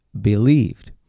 believed